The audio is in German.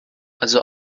also